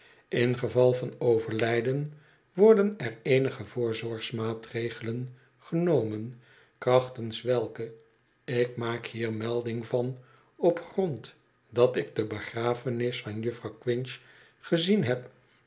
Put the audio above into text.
begraven ingeval van overlijden worden er eenige voorzorgsmaatregelen genomen krachtens welke ik maak hier melding van op grond dat ik de begrafenis van juffrouw quinch gezien heb